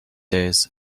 days